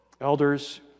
Elders